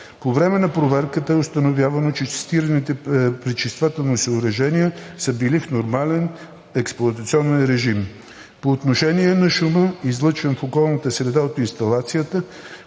По време на проверката е установявано, че цитираните пречиствателни съоръжения са били в нормален експлоатационен режим. По отношение на шума, излъчван в околната среда от инсталацията,